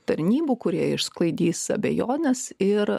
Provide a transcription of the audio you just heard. tarnybų kurie išsklaidys abejones ir